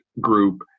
group